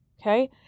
Okay